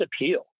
appeal